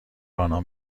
آنان